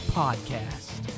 podcast